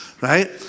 right